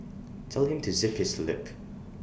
tell him to zip his lip